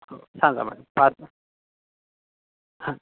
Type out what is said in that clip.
हो सांगा मॅडम पा हां